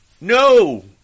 No